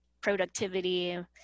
productivity